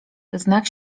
znak